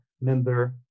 member